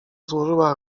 złożyła